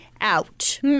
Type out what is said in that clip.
out